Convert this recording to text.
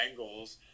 Bengals